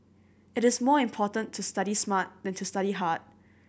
it is more important to study smart than to study hard